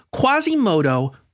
Quasimodo